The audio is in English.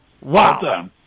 Wow